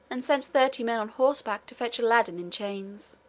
and sent thirty men on horseback to fetch aladdin in chains.